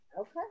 Okay